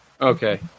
Okay